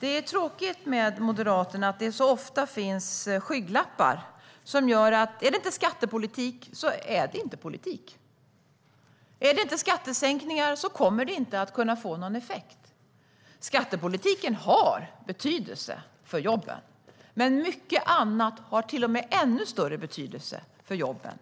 Det är tråkigt med Moderaterna att det så ofta finns skygglappar. Är det inte skattepolitik är det inte politik. Är det inte skattesänkningar kommer det inte att kunna få någon effekt. Skattepolitiken har betydelse för jobben. Men mycket annat har till och med ännu större betydelse för jobben.